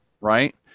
Right